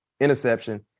interception